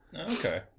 Okay